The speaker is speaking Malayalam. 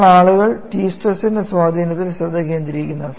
ഇപ്പോൾ ആളുകൾ T സ്ട്രെസിന്റെ സ്വാധീനത്തിൽ ശ്രദ്ധ കേന്ദ്രീകരിക്കുന്നു